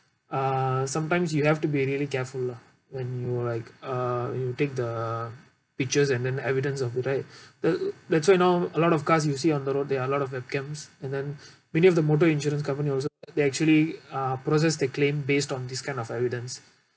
uh sometimes you have to be really careful lah when you like uh you take the pictures and then evidence of it right that that's why now a lot of cars you see on the road there are a lot of of webcams and then beneath the motor insurance company also they actually uh process the claim based on this kind of evidence